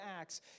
Acts